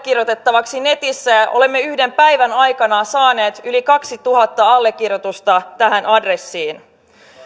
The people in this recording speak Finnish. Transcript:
välikysymyksen allekirjoitettavaksi netissä ja olemme yhden päivän aikana saaneet yli kaksituhatta allekirjoitusta tähän adressiin